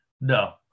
No